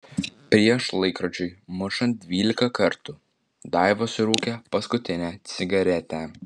prieš laikrodžiui mušant dvylika kartų daiva surūkė paskutinę cigaretę